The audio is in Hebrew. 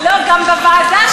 גם בוועדה,